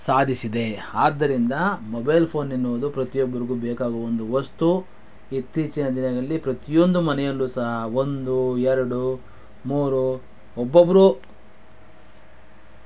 ಸಾಧಿಸಿದೆ ಆದ್ದರಿಂದ ಮೊಬೈಲ್ ಫೋನೆನ್ನುವುದು ಪ್ರತಿಯೊಬ್ಬರಿಗೂ ಬೇಕಾಗುವೊಂದು ವಸ್ತು ಇತ್ತೀಚಿನ ದಿನದಲ್ಲಿ ಪ್ರತಿಯೊಂದು ಮನೆಯಲ್ಲಿಯೂ ಸಹ ಒಂದು ಎರಡು ಮೂರು ಒಬ್ಬೊಬ್ಬರು